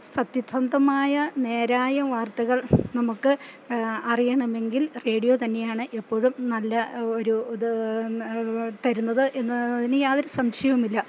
സത്യസന്ധമായ നേരായ വാർത്തകൾ നമുക്ക് അറിയണമെങ്കിൽ റേഡിയോ തന്നെയാണ് എപ്പോഴും നല്ലൊരു ഇത് തരുന്നതെന്നതിന് യാതൊരു സംശയവുമില്ല